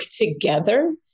together